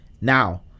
Now